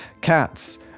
cats